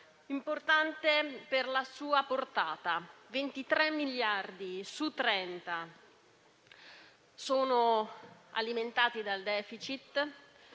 importante per la sua portata: 23 miliardi su 30 sono alimentati dal *deficit*